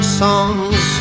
songs